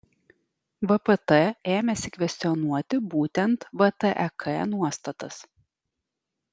vpt ėmėsi kvestionuoti būtent vtek nuostatas